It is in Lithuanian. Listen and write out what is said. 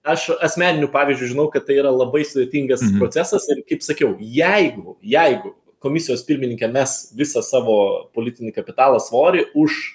aš asmeniniu pavyzdžiu žinau kad tai yra labai sudėtingas procesas kaip sakiau jeigu jeigu komisijos pirmininkė mes visą savo politinį kapitalą svorį už